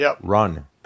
run